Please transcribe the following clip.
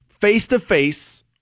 face-to-face